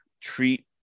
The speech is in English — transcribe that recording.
treat